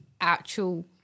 actual